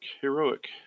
heroic